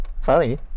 Funny